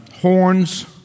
horns